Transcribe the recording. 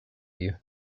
you